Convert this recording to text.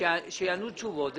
ושיענו תשובות.